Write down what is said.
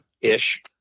ish